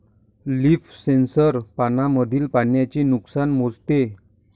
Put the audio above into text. leaf sensor पानांमधील पाण्याचे नुकसान मोजते